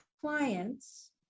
clients